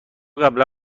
قبلا